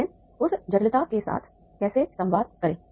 लेकिन उस जटिलता के साथ कैसे संवाद करें